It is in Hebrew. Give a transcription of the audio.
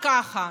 ככה.